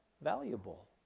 valuable